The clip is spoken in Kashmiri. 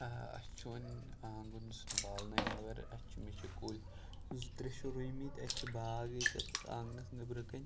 ٲں اسہِ چھُ وُنہِ آنٛگُن سنٛبھالنَے مگر اسہِ چھُ مےٚ چھِ کُلۍ زٕ ترٛےٚ چھِ رویمِتۍ اسہِ چھِ باغ ییٚتیٚتھ آنٛگنَس نیٚبرٕ کٔنۍ